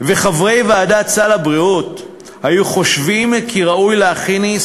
וחברי ועדת סל הבריאות היו חושבים כי ראוי להכניס